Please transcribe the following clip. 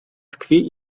tkwi